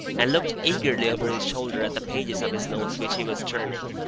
and looked eagerly over his shoulder at the pages of his notes which he was turning.